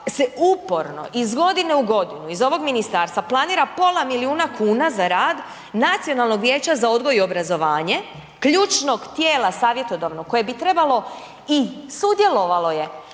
se uporno iz godine u godinu iz ovog ministarstva planira pola milijuna kuna za rad Nacionalnog vijeća za odgoj i obrazovanje, ključnog tijela savjetodavnog koje bi trebalo i sudjelovalo je